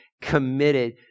committed